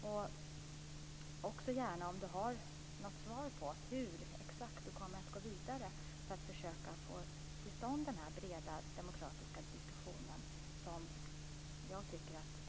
Jag vill också gärna veta om ministern har något svar på hur hon exakt kommer att gå vidare med att försöka få till stånd den breda demokratiska diskussion som jag tycker att den här debatten är början på.